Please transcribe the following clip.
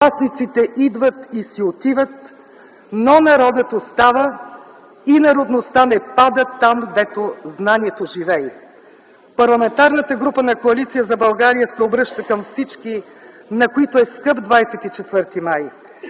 властниците идват и си отиват, но народът остава и народността не пада там, дето знамето живей!”. Парламентарната група на Коалиция за България се обръща към всички, за които е скъп 24 май,